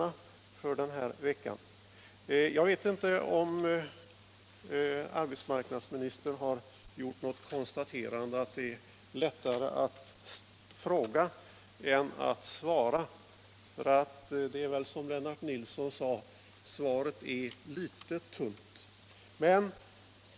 Jag vet inte om arbetsmarknadsministern har gjort den erfarenheten att det är lättare att fråga än att svara, men hans svar är i alla händelser, som Lennart Nilsson sade, litet tunt.